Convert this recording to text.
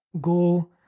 go